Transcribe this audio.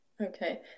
Okay